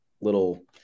little